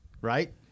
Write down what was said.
right